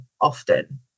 often